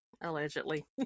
Allegedly